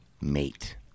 mate